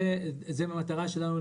זו המטרה שלנו,